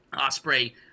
Osprey